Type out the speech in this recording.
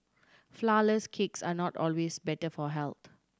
flourless cakes are not always better for health